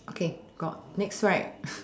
okay got next right